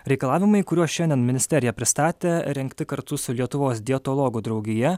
reikalavimai kuriuos šiandien ministerija pristatė rengti kartu su lietuvos dietologų draugija